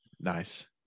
nice